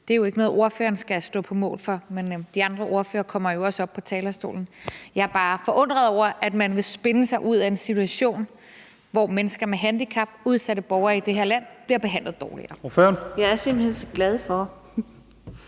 Det er jo ikke noget, ordføreren skal stå på mål for, og de andre ordførere kommer jo også op på talerstolen. Jeg er bare forundret over, at man ville spinne sig ud af en situation, hvor mennesker med handicap, udsatte borgere, i det her land bliver behandlet dårligere. Kl. 23:24 Formanden